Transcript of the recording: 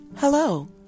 Hello